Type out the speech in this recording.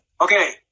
Okay